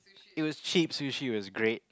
it was cheap sushi it was great